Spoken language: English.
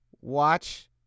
Watch